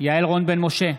יעל רון בן משה,